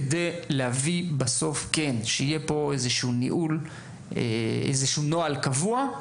כדי שיהיה פה איזשהו נוהל קבוע,